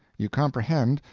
you comprehend,